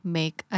make